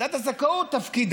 תפקיד